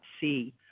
see